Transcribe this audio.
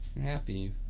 happy